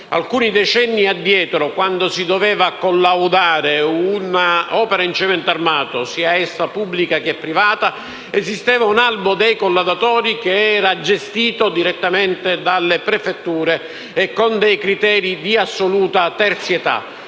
Alcuni decenni addietro, quando si doveva collaudare un'opera in cemento armato, sia pubblica che privata, esisteva un albo dei collaudatori gestito direttamente dalle prefetture e con criteri di assoluta terzietà.